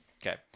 Okay